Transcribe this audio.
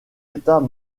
états